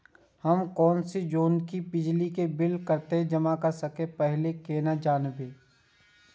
हमर कोनो भी जेना की बिजली के बिल कतैक जमा करे से पहीले केना जानबै?